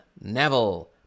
Neville